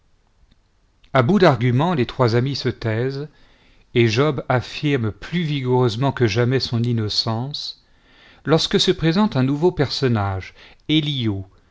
a bout d'arguments les trois amis se taisent et job affirme plus vigoureusement que jamais son innocence lorsque se présente un nouveau personnage